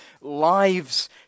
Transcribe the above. lives